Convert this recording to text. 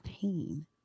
pain